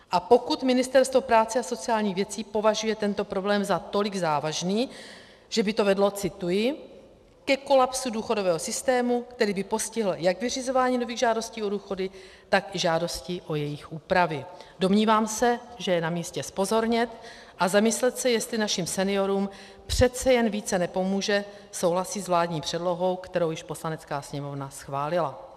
A pokud Ministerstvo práce a sociálních věcí považuje tento problém za tolik závažný, že by to vedlo cituji ke kolapsu důchodového systému, který by postihl jak vyřizování nových žádostí o důchody, tak i žádostí o jejich úpravy, domnívám se, že je na místě zpozornět a zamyslet se, jestli našim seniorům přece jen více nepomůže souhlasit s vládní předlohou, kterou už Poslanecká sněmovna schválila.